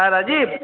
হ্যাঁ রাজীব